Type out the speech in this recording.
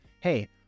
hey